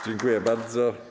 Dziękuję bardzo.